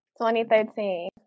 2013